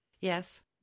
Yes